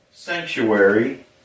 Sanctuary